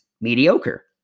mediocre